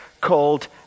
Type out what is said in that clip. called